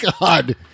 God